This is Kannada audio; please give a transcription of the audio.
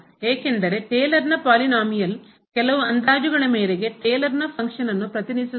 ಏಕೆಂದರೆ ಟೇಲರ್ನ ಪಾಲಿನೋಮಿಯಲ್ ಬಹುಪದ ಕೆಲವು ಅಂದಾಜುಗಳ ಮೇರೆಗೆ ಟೇಲರ್ನ ಫಂಕ್ಷನನ್ನು ಕಾರ್ಯವನ್ನು ಪ್ರತಿನಿಧಿಸುತ್ತದೆ